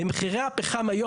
במחירי הפחם היום,